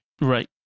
Right